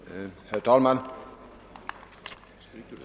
Herr talman!